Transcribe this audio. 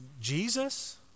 Jesus